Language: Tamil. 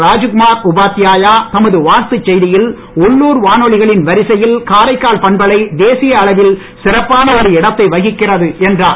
ராஜ்குமார் உபாத்யாயா தமது வாழ்த்து செய்தியில் உள்ளூர் வானொலிகளின் வரிசையில் காரைக்கால் பண்பலை தேசிய அளவில் சிறப்பான ஒரு இடத்தை வகிக்கிறது என்றார்